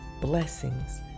blessings